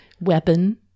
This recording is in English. weapon